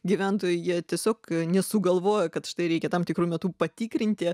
gyventojai jie tiesiog nesugalvoja kad štai reikia tam tikru metu patikrinti